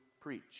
preach